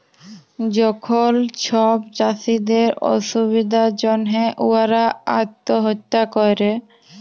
যখল ছব চাষীদের অসুবিধার জ্যনহে উয়ারা আত্যহত্যা ক্যরে